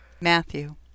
Matthew